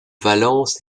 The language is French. valence